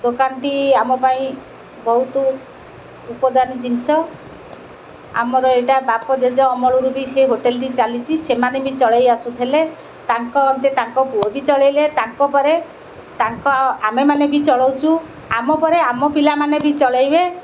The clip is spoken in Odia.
ଦୋକାନଟି ଆମ ପାଇଁ ବହୁତ ଉପଦାନ ଜିନିଷ ଆମର ଏଇଟା ବାପ ଜେଜ ଅମଳରୁ ବି ସେ ହୋଟେଲ୍ଟି ଚାଲିଛି ସେମାନେ ବି ଚଳାଇ ଆସୁଥିଲେ ତାଙ୍କ ଅନ୍ତେ ତାଙ୍କ ପୁଅ ବି ଚଳାଇଲେ ତାଙ୍କ ପରେ ତାଙ୍କ ଆମେମାନେ ବି ଚଳଉଛୁ ଆମ ପରେ ଆମ ପିଲାମାନେ ବି ଚଳାଇବେ